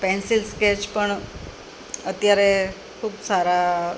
pencil sketch પણ અત્યારે ખૂબ સારા